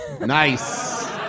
Nice